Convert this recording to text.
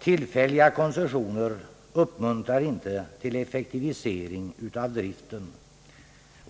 Tillfälliga koncessioner uppmuntrar inte till effektivisering av driften.